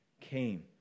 came